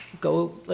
Go